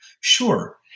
Sure